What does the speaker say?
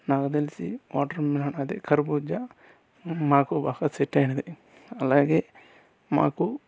నాకు తెలిసి water melon అదే కర్బూజా మాకు బాగా సెట్ అయింది అలాగే మాకు